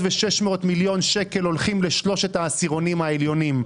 1.6 מיליארד שקל הולכים לשלושת העשירונים העליונים.